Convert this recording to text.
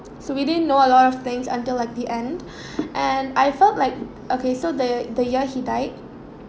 so we didn't know a lot of things until like the end and I thought like okay so the the year he died